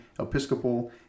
Episcopal